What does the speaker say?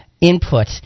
input